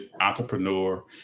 entrepreneur